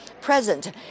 present